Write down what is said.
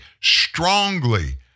strongly